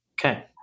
Okay